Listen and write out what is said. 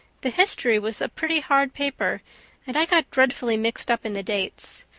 the history was a pretty hard paper and i got dreadfully mixed up in the dates.